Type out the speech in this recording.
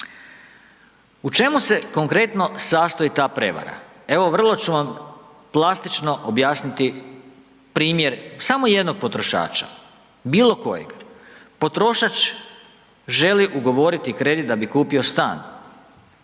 U čemu se konkretno sastoji ta prevara? Evo, vrlo ću vam plastično objasniti primjer samo jednog potrošača. Bilo kojeg. Potrošač želi ugovoriti kredit da bi kupio stan.